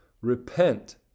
Repent